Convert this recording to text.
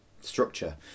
structure